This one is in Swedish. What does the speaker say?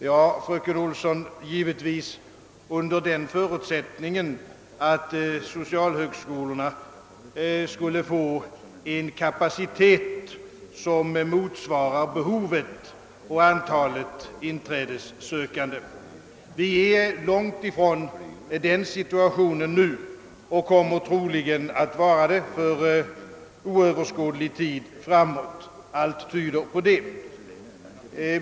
Givetvis, fröken Olsson, skedde det under den förutsättningen att socialhögskolorna skulle få en kapacitet som motsvarar utbildningsbehovet. Vi är långtifrån ännu i den situationen och kommer troligen inte att vara där inom överskådlig tid — allt tyder på detta.